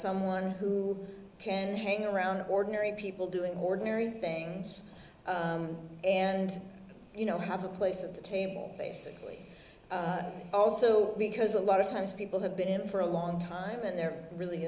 someone who can hang around ordinary people doing ordinary things and you know have a place at the table basically also because a lot of times people have been in for a long time and they're really